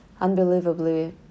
unbelievably